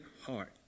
heart